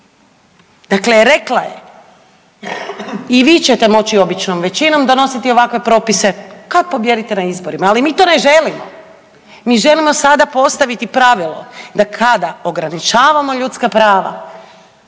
dakle rekla je i vi ćete moći običnom većinom donositi ovakve propise kad pobijedite na izborima, ali mi to ne želimo. Mi želimo sada postaviti pravilo da kada ograničavamo ljudska prava